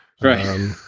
Right